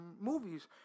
movies